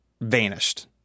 vanished